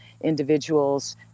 individuals